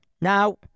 Now